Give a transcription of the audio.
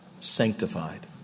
sanctified